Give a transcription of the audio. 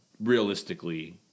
Realistically